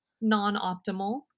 Non-optimal